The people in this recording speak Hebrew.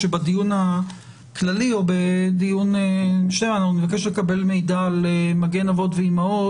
שבדיון הכללי או בדיון המשך נבקש לקבל מידע על מגן אבות ואימהות.